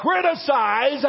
criticize